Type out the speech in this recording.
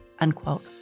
unquote